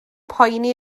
poeni